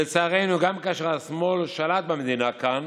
לצערנו, גם כאשר השמאל שלט במדינה כאן